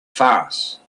farce